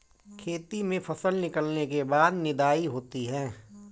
खेती में फसल निकलने के बाद निदाई होती हैं?